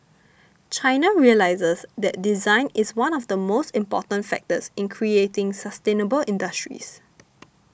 China realises that design is one of the most important factors in creating sustainable industries